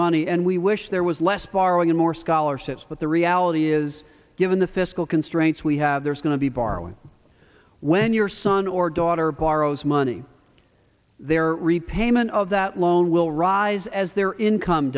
money and we wish there was less borrowing and more scholarships but the reality is given the fiscal constraints we have there's going to be borrowing when your son or daughter borrows money their repayment of that loan will rise as their income